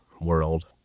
world